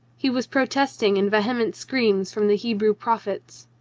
he was protesting in vehement screams from the hebrew prophets.